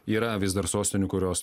yra vis dar sostinių kurios